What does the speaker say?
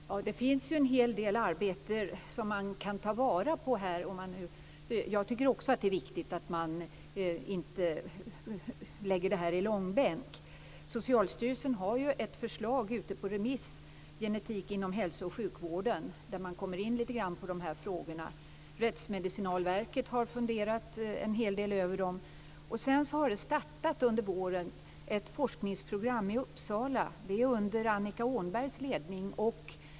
Fru talman! Det finns ju en hel del arbete som man kan ta vara på här. Jag tycker också att det är viktigt att man inte drar det här i långbänk. Socialstyrelsen har ju ett förslag ute på remiss, Genetik inom hälso och sjukvården, som kommer in lite grann på dessa frågor. Rättsmedicinalverket har också funderat en hel del över dem. Sedan har det under våren startat ett forskningsprogram i Uppsala under Annika Åhnbergs ledning.